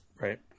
Right